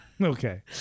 okay